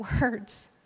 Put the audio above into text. words